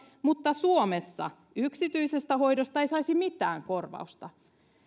mutta suomessa yksityisestä hoidosta ei saisi mitään korvausta